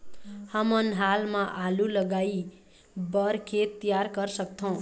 हमन हाल मा आलू लगाइ बर खेत तियार कर सकथों?